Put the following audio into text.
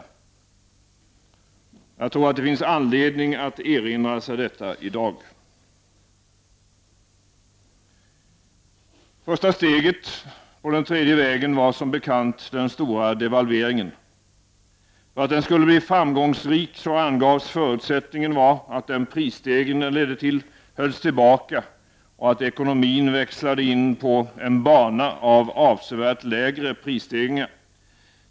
Jag tror att det finns anledning att erinra sig detta i dag. Första steget på den tredje vägen var som bekant den stora devalveringen. ”Förutsättningen” för att den skulle bli framgångsrik angavs vara att den prisstegring den ledde till hölls tillbaka och att ekonomin växlade in på ”en bana av avsevärt lägre prisstegringar”.